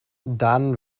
dann